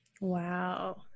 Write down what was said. Wow